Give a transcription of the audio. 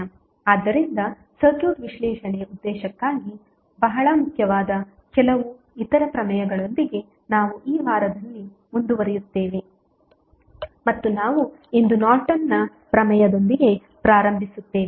ಆದ್ದರಿಂದ ಸರ್ಕ್ಯೂಟ್ ವಿಶ್ಲೇಷಣೆ ಉದ್ದೇಶಕ್ಕಾಗಿ ಬಹಳ ಮುಖ್ಯವಾದ ಕೆಲವು ಇತರ ಪ್ರಮೇಯಗಳೊಂದಿಗೆ ನಾವು ಈ ವಾರದಲ್ಲಿ ಮುಂದುವರಿಯುತ್ತೇವೆ ಮತ್ತು ನಾವು ಇಂದು ನಾರ್ಟನ್ನ ಪ್ರಮೇಯದೊಂದಿಗೆ ಪ್ರಾರಂಭಿಸುತ್ತೇವೆ